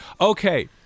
Okay